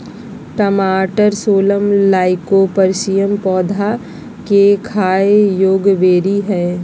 टमाटरसोलनम लाइकोपर्सिकम पौधा केखाययोग्यबेरीहइ